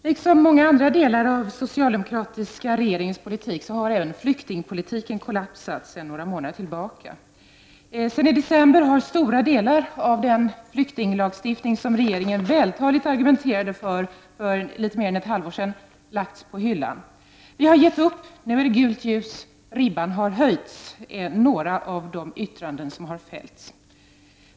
Fru talman! Liksom andra delar av den socialdemokratiska regeringens politik har även flyktingpolitiken kollapsat sedan några månader tillbaka. Sedan december förra året har stora delar av den flyktinglagstiftning som regeringen för mer än ett halvår sedan vältaligt argumenterade för, lagts på hyllan. Vi har gett upp, nu är det gult ljus, ribban har höjts — det är några av de yttranden som har fällts.